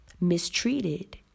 mistreated